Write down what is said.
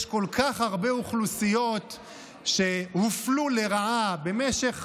יש כל-כך הרבה אוכלוסיות שהופלו לרעה במשך